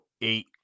eight